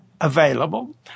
available